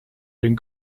den